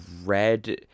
red